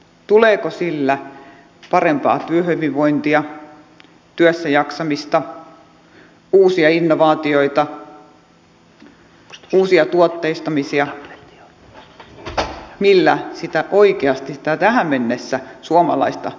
tuleeko sillä parempaa työhyvinvointia työssäjaksamista uusia innovaatioita uusia tuotteistamisia joilla oikeasti tähän mennessä sitä suomalaista tuottavuutta on saatu parannettua